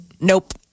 Nope